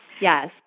yes